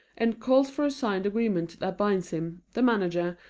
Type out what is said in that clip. and calls for a signed agreement that binds him, the manager,